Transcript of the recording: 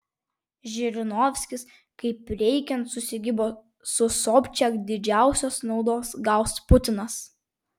žirinovskis kaip reikiant susikibo su sobčiak didžiausios naudos gaus putinas